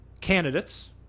candidates